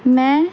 میں